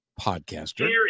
podcaster